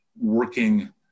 working